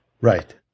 Right